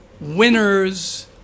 winners